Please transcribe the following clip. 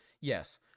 yes